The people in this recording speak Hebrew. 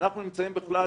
כשאנחנו נמצאים בכלל